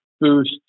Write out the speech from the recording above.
boost